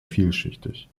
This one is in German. vielschichtig